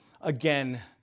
again